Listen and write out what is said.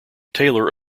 taylor